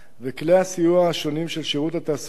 וכלי הסיוע השונים של שירות התעסוקה,